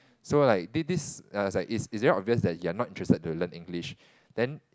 so like this this I was like it's it's very obvious that you are not interested to learn English then